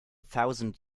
thousand